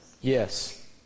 Yes